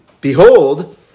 behold